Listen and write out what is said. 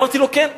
אמרתי לו: כן.